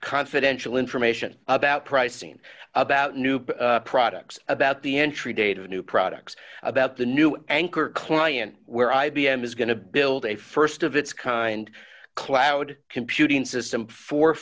confidential information about pricing about new products about the entry date of new products about the new anchor client where i b m is going to build a st of its kind cloud computing system for